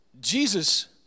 Jesus